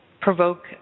provoke